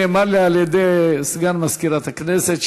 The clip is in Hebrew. לפי מה שנאמר לי על-ידי סגן מזכירת הכנסת,